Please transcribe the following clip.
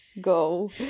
go